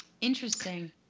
interesting